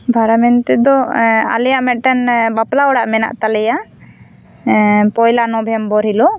ᱵᱷᱟᱲᱟ ᱢᱮᱱ ᱛᱮᱫᱚ ᱟᱞᱮᱭᱟᱜ ᱢᱤᱫᱴᱮᱱ ᱵᱟᱯᱞᱟ ᱚᱲᱟᱜ ᱢᱮᱱᱟᱜ ᱛᱟᱞᱮᱭᱟ ᱯᱚᱭᱞᱟ ᱱᱚᱵᱷᱮᱢᱵᱟᱨ ᱦᱤᱞᱚᱜ